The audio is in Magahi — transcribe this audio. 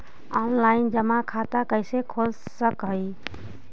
ऑनलाइन जमा खाता कैसे खोल सक हिय?